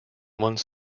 one